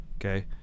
Okay